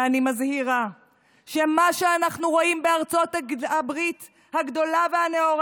ואני מזהירה שמה שאנחנו רואים בארצות הברית הגדולה והנאורה